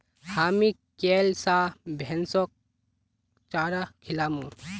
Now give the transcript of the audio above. हामी कैल स भैंसक चारा खिलामू